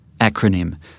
acronym